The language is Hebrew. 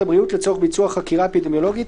הבריאות לצורך ביצוע חקירה אפידמיולוגית,